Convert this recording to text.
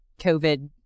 COVID